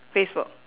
facebook